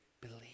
believe